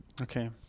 okay